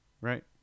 right